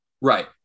Right